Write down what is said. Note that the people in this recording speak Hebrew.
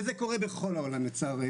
וזה קורה בכל העולם לצערנו,